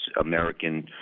American